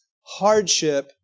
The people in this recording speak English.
hardship